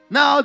Now